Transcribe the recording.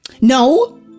No